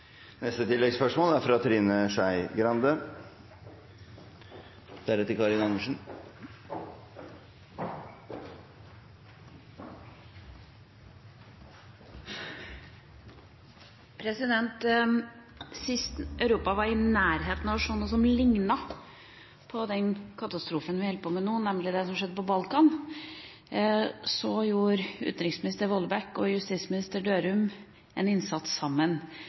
Trine Skei Grande – til oppfølgingsspørsmål. Sist Europa var i nærheten av å se noe som lignet på den katastrofen vi ser nå – nemlig det som skjedde på Balkan – gjorde utenriksminister Vollebæk og justisminister Dørum en innsats sammen.